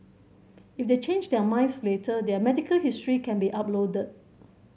if they change their minds later their medical history can be uploaded